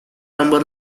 number